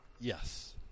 yes